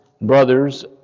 brothers